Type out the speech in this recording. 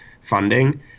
funding